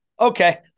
okay